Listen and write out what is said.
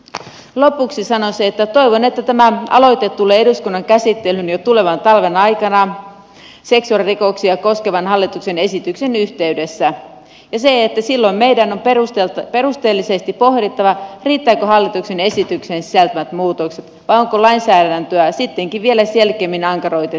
lopuksi sanoisin että toivon että tämä aloite tulee eduskunnan käsittelyyn jo tulevan talven aikana seksuaalirikoksia koskevan hallituksen esityksen yhteydessä ja silloin meidän on perusteellisesti pohdittava riittävätkö hallituksen esitykseen sisältyvät muutokset vai onko lainsäädäntöä sittenkin vielä selitti minään teroitti